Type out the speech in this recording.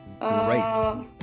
Right